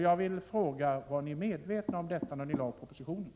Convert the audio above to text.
Jag vill fråga: Var ni medvetna om detta när ni lade fram propositionen?